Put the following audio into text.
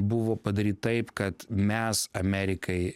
buvo padaryt taip kad mes amerikai